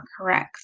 correct